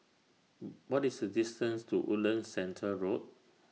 What IS The distance to Woodlands Centre Road